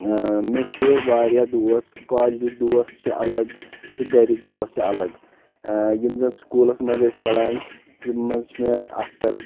مےٚ چھِ واریاہ دوس کالجکۍ دوس چھِ الگ تہٕ گرِکۍ دوس چھِ الگ یِم زن سکوٗلس منٛز ٲسۍ پران تِم منٛز چھ مےٚ اختر